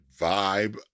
vibe